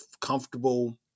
comfortable